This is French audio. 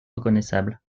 reconnaissable